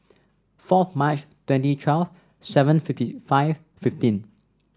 fourth March twenty twelve seven fifty five fifteen